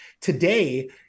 Today